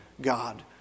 God